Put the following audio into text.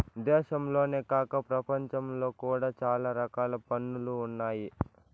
దేశంలోనే కాక ప్రపంచంలో కూడా చాలా రకాల పన్నులు ఉన్నాయి